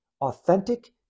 authentic